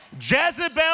Jezebel